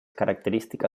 característica